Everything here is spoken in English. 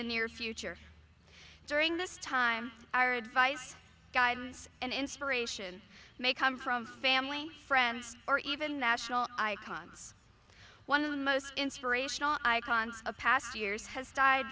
the near future during this time our advice guidance and inspiration may come from family friends or even national icons one of the most inspirational icons of past years has died